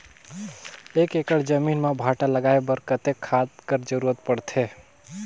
एक एकड़ जमीन म भांटा लगाय बर कतेक खाद कर जरूरत पड़थे?